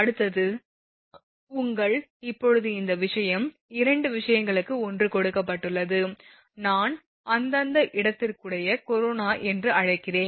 அடுத்தது உள்ளூர் இப்போது இந்த விஷயம் 2 விஷயங்களுக்கு ஒன்று கொடுக்கப்பட்டுள்ளது நான் அந்த அந்த இடத்திற்குறிய கொரோனா என்று அழைக்கிறேன்